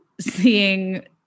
seeing